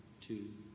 two